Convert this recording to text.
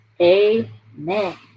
amen